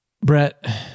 Brett